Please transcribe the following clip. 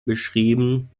beschrieben